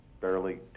barely